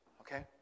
okay